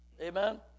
Amen